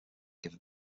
gave